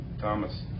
Thomas